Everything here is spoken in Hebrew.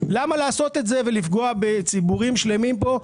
למה לעשות את זה ולפגוע בציבורים שלמים פה,